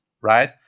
Right